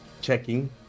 checking